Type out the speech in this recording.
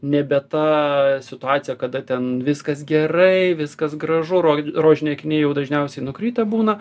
nebe ta situacija kada ten viskas gerai viskas gražu ro rožiniai akiniai jau dažniausiai nukritę būna